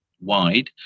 wide